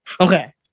Okay